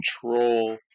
control